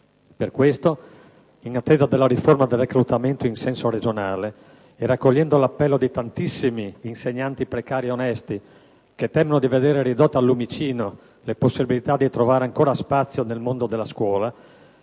Per questo, in attesa della riforma del reclutamento in senso regionale ed accogliendo l'appello dei tantissimi insegnanti precari onesti che temono di vedere ridotte al lumicino le possibilità di trovare ancora spazio nel mondo della scuola,